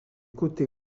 côtés